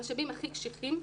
המשאבים הכי קשיחים,